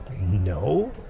No